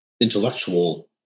intellectual